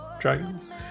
dragons